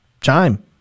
Chime